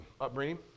upbringing